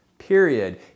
period